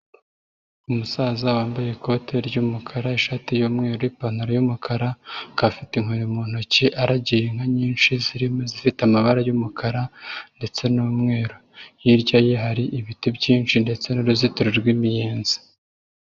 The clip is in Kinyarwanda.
Umusaza wambaye ikote ry'umukara, ishati y'umweru, ipantaro y'umukara, akaba afite inkoni mu ntoki aragiye inka nyinshi zirimo izifite amabara y'umukara ndetse n'umweru, hirya ye hari ibiti byinshi ndetse n'uruzitiro rw'imiyenzi.